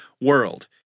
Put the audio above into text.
world